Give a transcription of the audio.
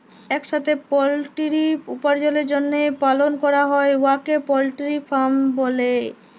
ইকসাথে পলটিরি উপার্জলের জ্যনহে পালল ক্যরা হ্যয় উয়াকে পলটিরি ফার্মিং ব্যলে